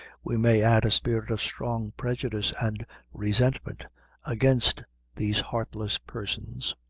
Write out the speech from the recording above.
we may add a spirit of strong prejudice and resentment against these heartless persons,